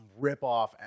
ripoff